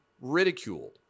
ridiculed